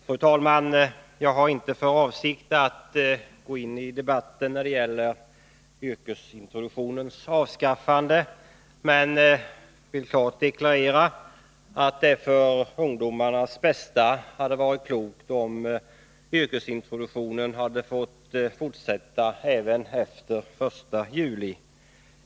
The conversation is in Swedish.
Fru talman! Jag har inte för avsikt att gå in i debatten när det gäller yrkesintroduktionens avskaffande, men jag vill klart deklararera att det för ungdomarnas bästa hade varit klokt om yrkesintroduktionen hade fått fortsätta även efter den 1 juli.